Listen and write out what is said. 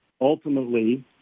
ultimately